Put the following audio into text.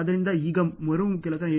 ಆದ್ದರಿಂದ ಈಗ ಮರು ಕೆಲಸ ಏನು